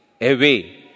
away